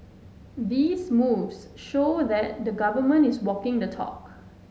these moves show that the Government is walking the talk